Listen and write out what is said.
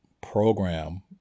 program